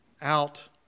out